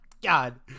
God